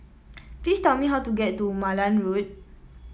please tell me how to get to Malan Road